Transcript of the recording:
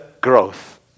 growth